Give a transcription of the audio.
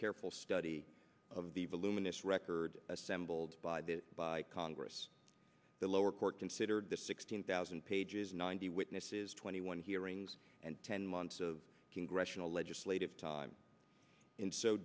careful study of the voluminous record assembled by the by congress the lower court considered the sixteen thousand pages ninety witnesses twenty one hearings and ten months of congressional legislative time in so